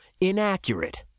inaccurate